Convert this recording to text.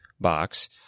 box